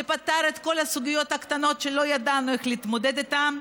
שפתר את כל הסוגיות הקטנות שלא ידענו איך להתמודד איתן.